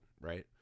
right